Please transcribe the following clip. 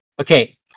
Okay